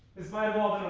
i won't